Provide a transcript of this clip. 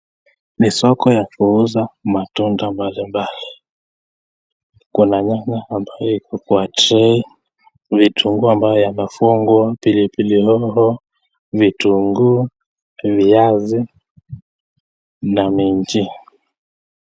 Ni soko ya kuuza matunda mbalimbali. Kuna nyanya ambayo iko kwa tray vitunguu ambayo yanafungwa, pilipili hoho, vitunguu, viazi na minji .